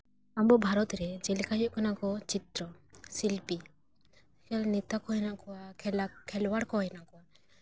ᱟᱵᱚ ᱵᱷᱟᱨᱚᱛ ᱨᱮ ᱪᱮᱫ ᱞᱮᱠᱟ ᱦᱩᱭᱩᱜ ᱠᱟᱱᱟ ᱠᱚ ᱪᱤᱛᱨᱚ ᱥᱤᱞᱯᱤ ᱟᱨ ᱱᱮᱛᱟ ᱠᱚ ᱦᱮᱱᱟᱜ ᱠᱚᱣᱟ ᱠᱷᱮᱞᱣᱟᱲ ᱠᱚ ᱦᱮᱱᱟᱜ ᱠᱚᱣᱟ